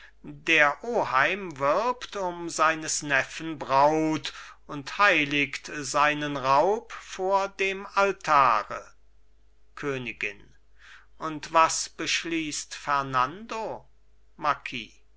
der oheim wirbt um seines neffen braut und heiligt seinen raub vor dem altare königin und was beschließt fernando